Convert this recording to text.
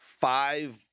five